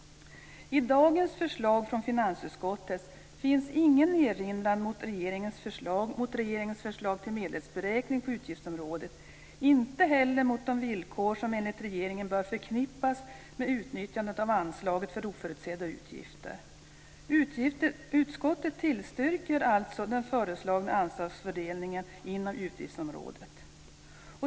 I dagens förslag från finansutskottet finns ingen erinran mot regeringens förslag till medelsberäkning på utgiftsområdet, inte heller mot de villkor som enligt regeringen bör förknippas med utnyttjandet av anslaget för oförutsedda utgifter. Utskottet tillstyrker alltså den föreslagna anslagsfördelningen inom utgiftsområdet.